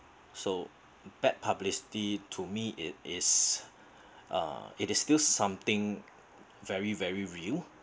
so bad publicity to me it is uh it is still something very very view